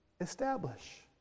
establish